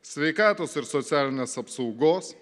sveikatos ir socialinės apsaugos